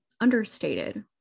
understated